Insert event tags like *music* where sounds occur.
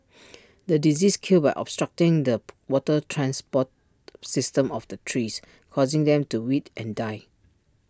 the disease killed by obstructing the *noise* water transport system of the trees causing them to wilt and die